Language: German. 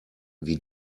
wie